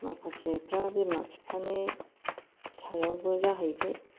माखासेफ्रा बिमा बिफानि सायावबो जाहैबाय